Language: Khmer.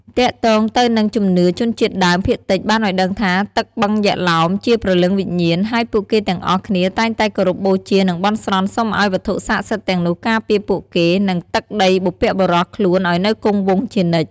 ទាក់ទង់ទៅនឹងជំនឿជនជាតិដើមភាគតិចបានឲ្យដឹងថាទឹកបឹងយក្សឡោមជាព្រលឹងវិញ្ញាណ ហើយពួកគេទាំងអស់គ្នាតែងតែគោរពបូជា និងបន់ស្រន់សុំឱ្យវត្ថុសក្តិសិទ្ធិទាំងនោះការពារពួកគេ និងទឹកដីបុព្វបុរសខ្លួនឱ្យនៅគង់វង្សជានិច្ច ។